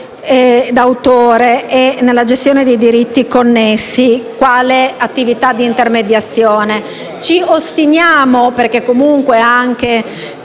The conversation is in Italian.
Grazie